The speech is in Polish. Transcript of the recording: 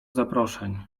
zaproszeń